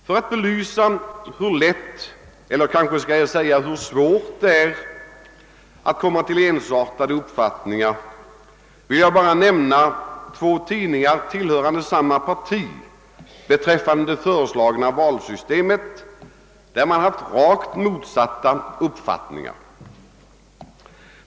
För att belysa hur lätt — eller kanske hur svårt — det är att komma till ensartade uppfattningar vill jag bara nämna vad två tidningar tillhörande samma parti ansett om det föreslagna valsystemet. De har haft rakt motsatta uppfattningar.